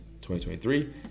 2023